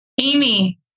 Amy